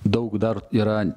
daug dar yra